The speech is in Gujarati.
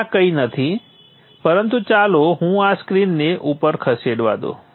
હવે આ કંઈ નથી પરંતુ ચાલો હું આ સ્ક્રીનને ઉપર ખસેડવા દો